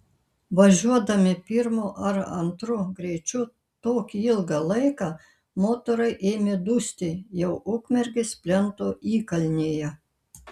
važiuodami pirmu ar antru greičiu tokį ilgą laiką motorai ėmė dusti jau ukmergės plento įkalnėje